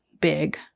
big